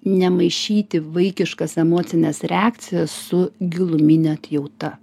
nemaišyti vaikiškas emocines reakcijas su gilumine atjauta